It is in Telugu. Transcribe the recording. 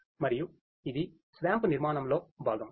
మరియు ఇది SWAMP నిర్మాణంలో భాగం